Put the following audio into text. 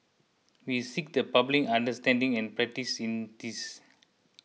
we seek the public understanding and patience in this